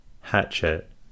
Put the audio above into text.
hatchet